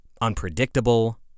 unpredictable